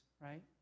right